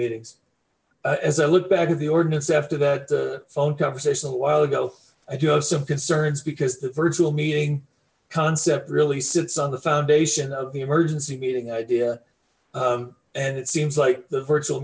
meetings as i look back at the ordinance after that phone conversation a while ago i do have some concerns because the virtual meeting concept really sits on the foundation of the emergency meeting idea and it seems like the virtual